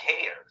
cares